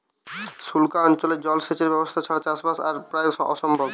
সুক্লা অঞ্চলে জল সেচের ব্যবস্থা ছাড়া চাষবাস করা প্রায় অসম্ভব